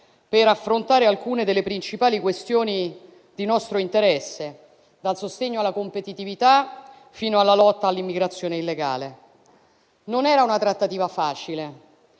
per affrontare alcune delle principali questioni di nostro interesse, dal sostegno alla competitività fino alla lotta all'immigrazione illegale. Non era una trattativa facile